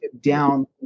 down